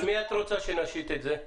על מי את רוצה שנשית את זה?